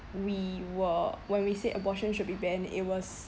we were when we say abortion should be banned it was